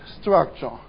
structure